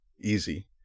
Easy